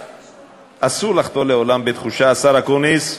בתחושה, השר אקוניס,